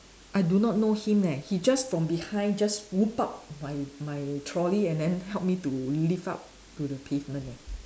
I do not know him eh he just from behind just moved up my my trolley and then help me to lift up to the pavement eh